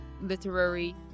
literary